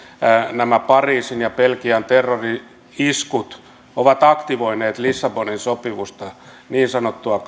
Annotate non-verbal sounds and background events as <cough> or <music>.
nämä pariisin ja belgian terrori iskut ovat aktivoineet lissabonin sopimusta niin sanottua <unintelligible>